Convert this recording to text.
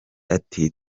ati